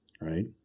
right